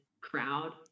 crowd